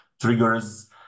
triggers